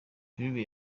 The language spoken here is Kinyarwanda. filime